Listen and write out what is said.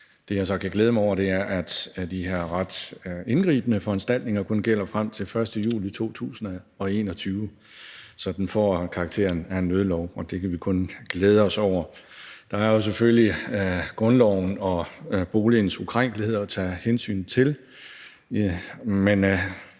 Det, jeg så kan glæde mig over, er, at de her ret indgribende foranstaltninger kun gælder frem til 1. juli 2021, så den får karakter af en nødlov. Det kan vi kun glæde os over. Der er jo selvfølgelig grundloven og boligens ukrænkelighed at tage hensyn til,